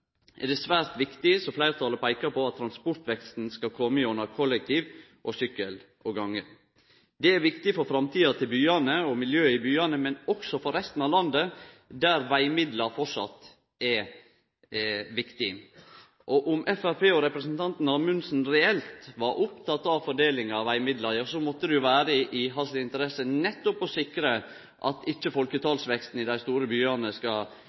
er det svært viktig – som fleirtalet peikar på – at transportveksten skal kome gjennom kollektivtransport, sykkel og gange. Det er viktig for framtida til og miljøet i byane, men også for resten av landet, der vegmidlar framleis er viktige. Om Framstegspartiet og representanten Amundsen reelt var opptekne av fordeling av vegmidlar, måtte det jo vere i interessa hans nettopp å sikre at ikkje folketalsveksten i dei store byane og transportveksten som følgje av det skal